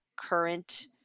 current